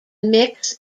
mix